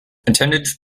attendance